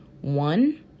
one